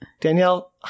Danielle